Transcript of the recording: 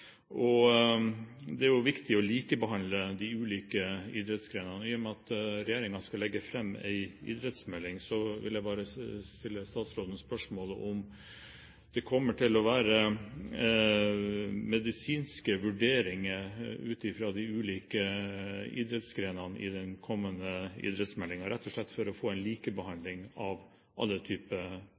og med at regjeringen skal legge fram en idrettsmelding, vil jeg bare stille statsråden spørsmål om man kommer til å ta med medisinske vurderinger ut fra de ulike idrettsgrenene i den kommende idrettsmeldingen, rett og slett for å få en likebehandling av alle typer